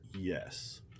Yes